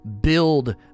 build